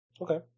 Okay